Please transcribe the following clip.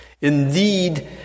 Indeed